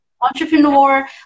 entrepreneur